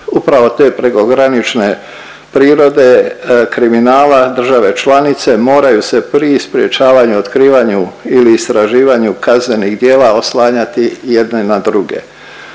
upravo te prekogranične prirode kriminala države članice moraju se pri sprječavanju, otkrivanju ili istraživanju kaznenih djela oslanjati jedne na druge.